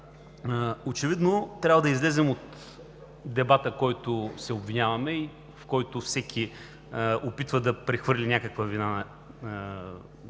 Очевидно, трябва да излезем от дебата, в който се обвиняваме и в който всеки се опитва да прехвърли някаква вина на